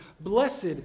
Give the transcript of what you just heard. Blessed